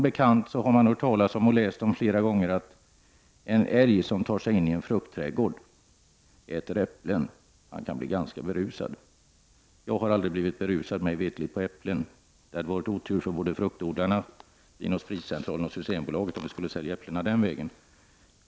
Man har flera gånger kunnat läsa om älgar som har tagit sin in i fruktträdgårdar, ätit äpplen och blivit ganska berusade. Jag har, mig veterligt, aldrig blivit berusad av att äta äpplen. Det skulle vara otur för fruktodlare, Vinoch Spritcentralen och Systembolaget om äpplen skulle säljas den vägen.